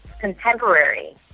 contemporary